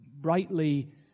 brightly